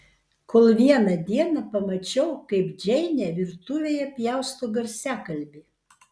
kol vieną dieną pamačiau kaip džeinė virtuvėje pjausto garsiakalbį